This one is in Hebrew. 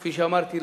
כפי שאמרתי,